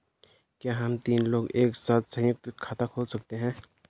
क्या हम तीन लोग एक साथ सयुंक्त खाता खोल सकते हैं?